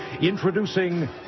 introducing